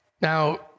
Now